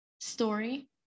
story